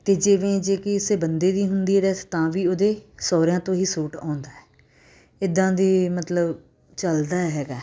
ਅਤੇ ਜਿਵੇਂ ਜੇ ਕਿਸੇ ਬੰਦੇ ਦੀ ਹੁੰਦੀ ਹੈ ਡੈਥ ਤਾਂ ਵੀ ਉਹਦੇ ਸੋਹਰਿਆਂ ਤੋਂ ਹੀ ਸੂਟ ਆਉਂਦਾ ਇੱਦਾਂ ਦੀ ਮਤਲਬ ਚਲਦਾ ਹੈਗਾ